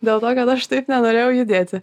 dėl to kad aš taip nenorėjau judėti